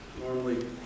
normally